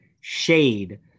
shade